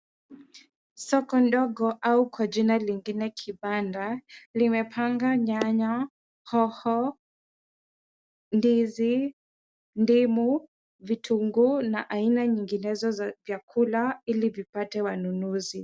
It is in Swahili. Soko ndogo au kwa jina lingine kibanda, imepanga nyanya, hoho, ndizi, ndimu, vitunguu na aina nyinginezo za chakula ili zipate wanunuzi.